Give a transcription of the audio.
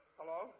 Hello